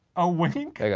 a wink?